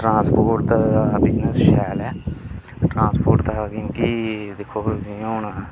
transport दा business शैल ऐ ट्रांसपोर्ट दा क्योंकि दिक्खो जि'यां हून